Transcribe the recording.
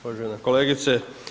Uvažena kolegice.